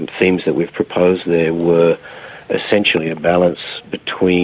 and themes that we've proposed there were essentially a balance between